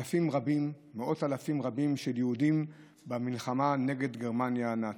מאות אלפים של יהודים במלחמה נגד גרמניה הנאצית.